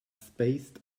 spaced